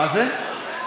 אני,